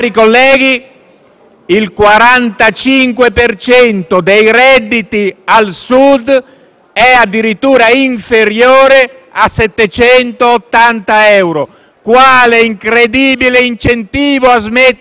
cento dei redditi al Sud è addirittura inferiore a 780 euro. Quale incredibile incentivo a smettere di lavorare